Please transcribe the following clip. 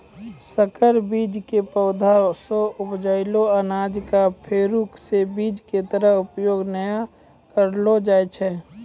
संकर बीज के पौधा सॅ उपजलो अनाज कॅ फेरू स बीज के तरह उपयोग नाय करलो जाय छै